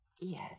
Yes